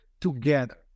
together